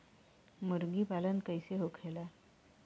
मुर्गी पालन कैसे होखेला?